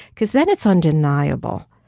because then it's undeniable,